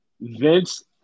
Vince